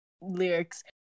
lyrics